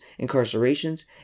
incarcerations